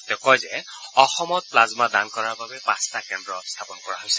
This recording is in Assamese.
তেওঁ কয় যে অসমত প্লাজমা দান কৰাৰ বাবে পাঁচটা কেন্দ্ৰ স্থাপন কৰা হৈছে